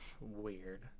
weird